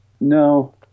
No